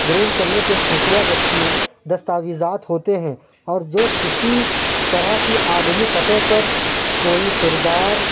groom کرنے کے خفیہ دستاویزات ہوتے ہیں اور جو کسی طرح کی عالمی سطح پر کوئی کردار